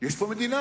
יש פה מדינה.